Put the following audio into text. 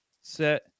set